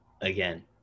again